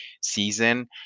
season